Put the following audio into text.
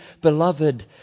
beloved